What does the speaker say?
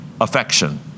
affection